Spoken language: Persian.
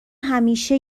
همیشه